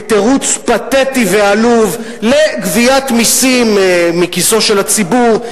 כתירוץ פתטי ועלוב לגביית מסים מכיסו של הציבור,